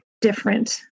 different